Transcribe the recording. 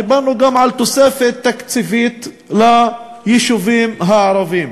דיברנו גם על תוספת תקציבית ליישובים הערביים.